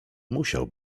musiał